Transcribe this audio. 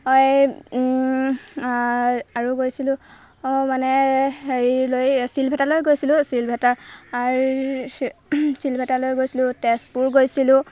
মই আৰু গৈছিলোঁ মানে হেৰিলৈ এই চিলভেটালৈ গৈছিলোঁ চিলভেটাৰ চিল চিলভেটালৈ গৈছিলোঁ তেজপুৰ গৈছিলোঁ